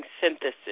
synthesis